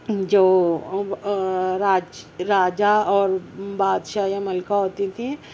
جو راج راجا اور بادشاہ یا ملکہ ہوتی تھیں